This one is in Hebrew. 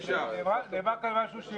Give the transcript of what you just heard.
מי בעד?